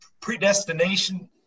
predestination